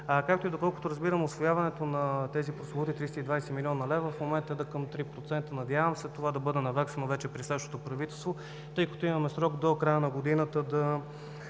насока. Доколкото разбирам, усвояването на прословутите 320 млн. лв. в момента е към 3%. Надявам се това да бъде наваксано вече при следващото правителство, тъй като имаме срок до края на годината да